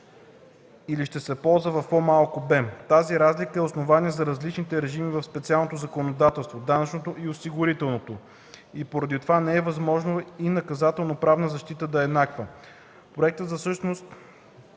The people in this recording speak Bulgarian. или ще се ползва в по-малък обем. Тази разлика е основание за различните режими в специалното законодателство (данъчното и осигурителното) и поради това не е възможно и наказателноправната защита да е еднаква. Проектът всъщност